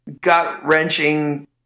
gut-wrenching